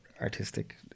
artistic